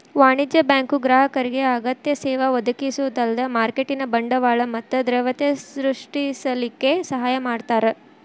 ವಾಣಿಜ್ಯ ಬ್ಯಾಂಕು ಗ್ರಾಹಕರಿಗೆ ಅಗತ್ಯ ಸೇವಾ ಒದಗಿಸೊದ ಅಲ್ದ ಮಾರ್ಕೆಟಿನ್ ಬಂಡವಾಳ ಮತ್ತ ದ್ರವ್ಯತೆ ಸೃಷ್ಟಿಸಲಿಕ್ಕೆ ಸಹಾಯ ಮಾಡ್ತಾರ